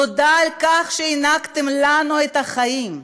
תודה על כך שהענקתם לנו את החיים,